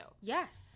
yes